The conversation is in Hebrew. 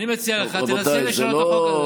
אני מציע לך, תנסה לשנות את החוק הזה.